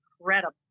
incredible